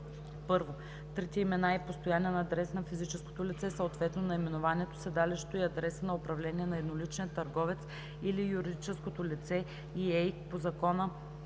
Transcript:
1. трите имена и постоянния адрес на физическото лице, съответно наименованието, седалището и адреса на управление на едноличния търговец или юридическото лице и ЕИК по Закона